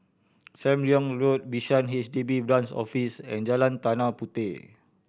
Sam Leong Road Bishan H D B Branch Office and Jalan Tanah Puteh